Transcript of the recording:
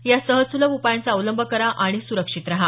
या सहज सुलभ उपायांचा अवलंब करा आणि सुरक्षित रहा